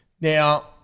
Now